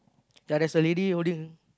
there is a lady holding